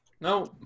no